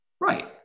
Right